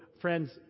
friends